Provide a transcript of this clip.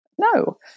No